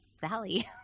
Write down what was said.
Sally